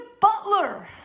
butler